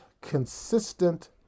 consistent